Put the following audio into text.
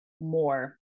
more